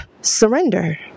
surrender